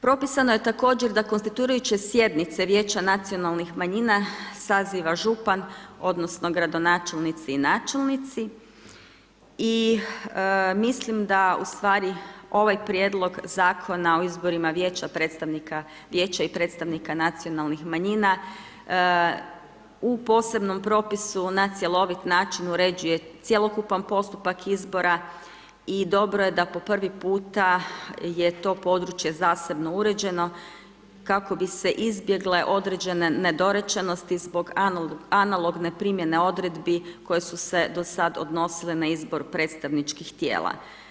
Propisano je također da konstituirajuće sjednice vijeća nacionalnih manjina saziva župan odnosno gradonačelnici i načelnici i mislim da ustvari ovaj Prijedlog Zakona o izborima vijeća i predstavnika nacionalnih manjina u posebnom propisu na cjelovit način uređuje cjelokupan postupak izbora i dobro j da po prvi puta je to područje zasebno uređeno kako bi se izbjegle određene nedorečenosti zbog analogne primjene odredbi koje su se do sad odnosile na izbor predstavničkih tijela.